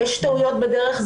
יש טעויות בדרך.